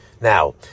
Now